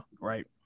right